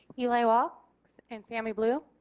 eli wolk and sammy blue.